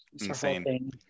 insane